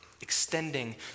Extending